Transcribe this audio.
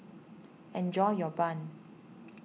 enjoy your Bun